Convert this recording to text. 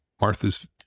Martha's